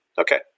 Okay